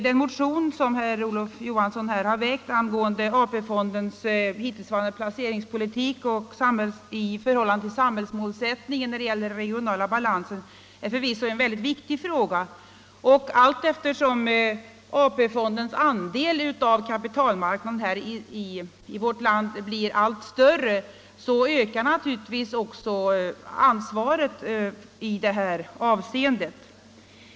Den motion som herr Olof Johansson i Stockholm väckt angående AP-fondens hittillsvarande placeringspolitik i förhållande till samhällsmålsättningen när det gäller den regionala balansen är förvisso en mycket viktig fråga, och allteftersom AP-fondens andel av kapitalmarknaden i vårt land blir större ökar naturligtvis också ansvaret i det här avseendet.